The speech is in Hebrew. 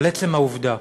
על עצם העובדה,